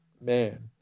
Man